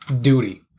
duty